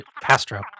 Castro